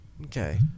okay